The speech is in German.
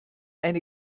eine